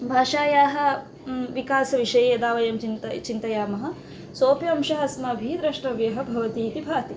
भाषायाः विकासविषये यदा वयं चिन्तनं चिन्तयामः सोपि अंशः अस्माभिः द्रष्टव्यः भवति इति भाति